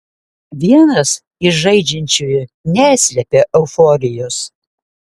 vienas iš žaidžiančiųjų neslepia euforijos